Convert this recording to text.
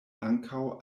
ankaŭ